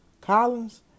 Collins